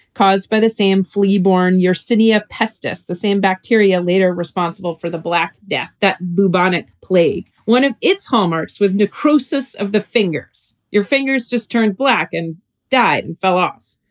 caused by the same flea borne your synthia pestis, the same bacteria bacteria later responsible for the black death. that bubonic plague. one of its hallmarks was necrosis of the fingers. your fingers just turned black and died and fell off.